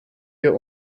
wir